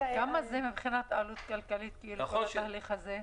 כמה זה מבחינת עלות כלכלית כל התהליך הזה?